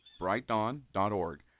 brightdawn.org